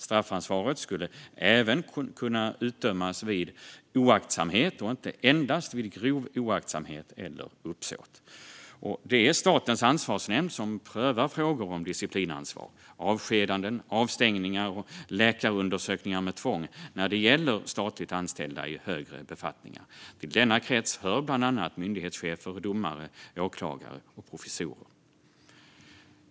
Straffansvaret skulle även kunna utdömas vid oaktsamhet och inte endast vid grov oaktsamhet eller uppsåt. Det är Statens ansvarsnämnd som prövar frågor om disciplinansvar, avskedanden, avstängningar och läkarundersökningar med tvång när det gäller statligt anställda i högre befattningar. Till denna krets hör bland annat myndighetschefer, domare, åklagare och professorer.